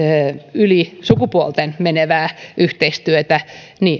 yli sukupuolten menevää yhteistyötä